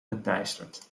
geteisterd